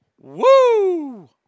Woo